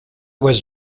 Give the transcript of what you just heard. was